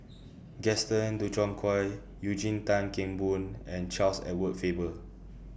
Gaston end Dutronquoy Eugene Tan Kheng Boon and Charles Edward Faber